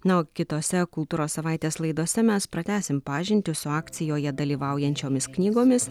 na o kitose kultūros savaitės laidose mes pratęsim pažintį su akcijoje dalyvaujančiomis knygomis